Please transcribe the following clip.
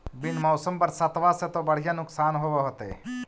बिन मौसम बरसतबा से तो बढ़िया नुक्सान होब होतै?